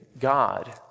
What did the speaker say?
God